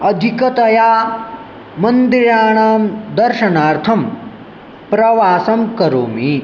अधिकतया मन्दिराणां दर्शनार्थं प्रवासं करोमि